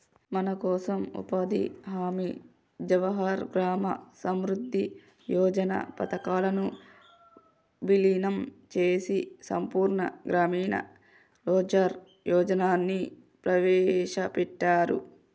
మనకోసం ఉపాధి హామీ జవహర్ గ్రామ సమృద్ధి యోజన పథకాలను వీలినం చేసి సంపూర్ణ గ్రామీణ రోజ్గార్ యోజనని ప్రవేశపెట్టారు